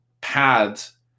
paths